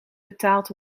betaald